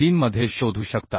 3 मध्ये शोधू शकता